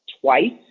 twice